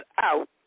out